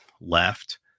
left